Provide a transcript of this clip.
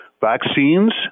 Vaccines